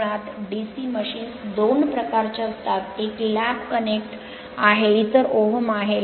मुळात DC machines दोन प्रकारच्या असतात एक लॅप कनेक्ट आहे इतर ओहम आहे